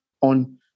on